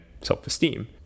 self-esteem